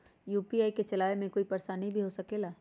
UPI के चलावे मे कोई परेशानी भी हो सकेला?